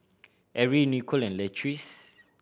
Erie Nicole and Leatrice